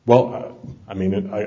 well i mean i